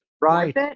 right